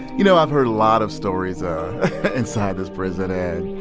you know, i've heard a lot of stories inside this prison and